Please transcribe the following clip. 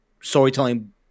storytelling